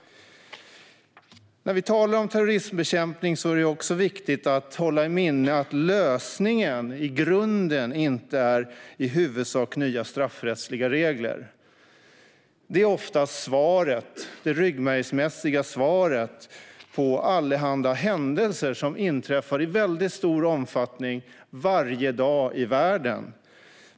När vi talar om terroristbekämpning är det också viktigt att hålla i minnet att det inte är nya straffrättsliga regler som är lösningen i grunden. Detta är oftast det ryggmärgsmässiga svaret på allehanda händelser som inträffar i väldigt stor omfattning varje dag i världen.